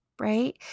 right